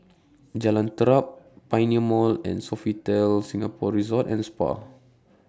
Jalan Terap Pioneer Mall and Sofitel Singapore Resort and Spa